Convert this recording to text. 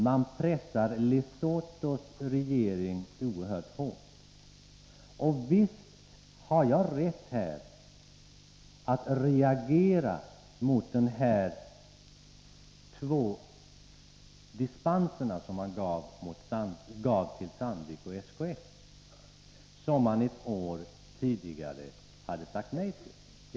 Man pressar Lesothos regering oerhört hårt. Nog har jag mot den bakgrunden rätt att reagera mot de två dispenser som regeringen givit till Sandvik och SKF efter att ett år tidigare ha sagt nej till dem.